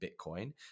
Bitcoin